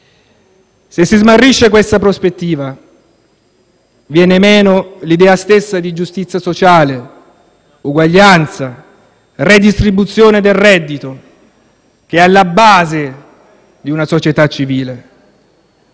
Se si smarrisce questa prospettiva, viene meno l'idea stessa di giustizia sociale, uguaglianza e redistribuzione del reddito, che è alla base di una società civile.